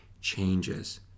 changes